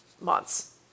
months